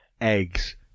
Eggs